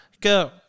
go